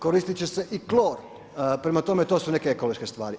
Koristit će se i klor, prema tome to su neke ekološke stvari.